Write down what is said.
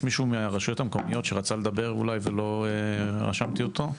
האם יש מישהו מהרשויות המקומיות שרצה לדבר אולי ולא רשמתי אותו?